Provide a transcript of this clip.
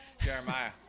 Jeremiah